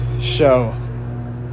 show